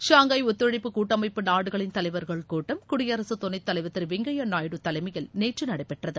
Shanghai ஒத்துழைப்பு கூட்டமைப்பு நாடுகளின் தலைவர்கள் கூட்டம் குடியரசு துணைத் தலைவர் திரு வெங்கய்ய நாயுடு தலைமையில் நேற்று நடைபெற்றது